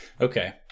Okay